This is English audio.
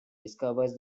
discovers